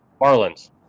Marlins